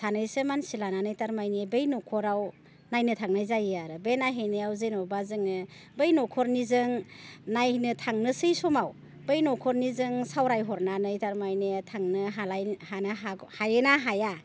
सानैसो मानसि लानानै थारमानि बै न'खराव नायनो थांनाय जायो आरो बे नायहैनायाव जेनेबा जोङो बै न'खरनिजों नायनो थांनोसै समाव बै न'खरनिजों सावरायहरनानै थारमाने थांनो हालाय हानो हागौ हायो ना हाया